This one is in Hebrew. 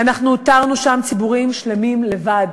אנחנו הותרנו שם ציבורים שלמים לבד.